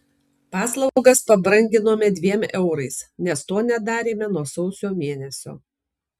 paslaugas pabranginome dviem eurais nes to nedarėme nuo sausio mėnesio